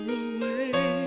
away